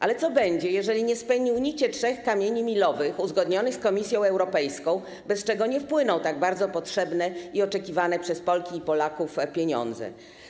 Ale co będzie, jeżeli nie spełnicie trzech kamieni milowych uzgodnionych z Komisją Europejską, bez czego nie wpłyną tak bardzo potrzebne i oczekiwane przez Polki i Polaków pieniądze?